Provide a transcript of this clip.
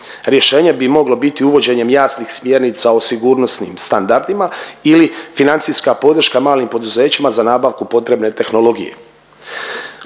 Rješenje bi moglo biti uvođenjem jasnih smjernica o sigurnosnim standardima ili financijska podrška malim poduzećima za nabavku potrebne tehnologije.